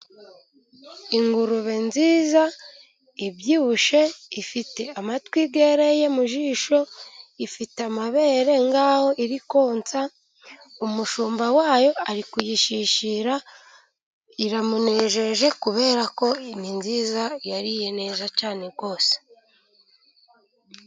Ingurube nziza ibyibushye ifite amatwi yereye mu jisho, ifite amabere nk'aho iri konsa, umushumba wayo ari kuyishishira iramunejeje, kubera ko ni nziza yariye neza cyane rwose.